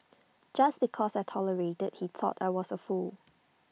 just because I tolerated he thought I was A fool